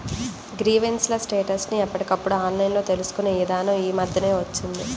grievance ల status ని ఎప్పటికప్పుడు ఆన్లైన్ తెలుసుకునే ఇదానం యీ మద్దెనే వచ్చింది